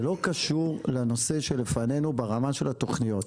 זה לא קשור לנושא שלפנינו ברמה של התוכניות.